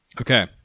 Okay